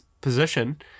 position